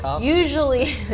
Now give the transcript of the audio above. usually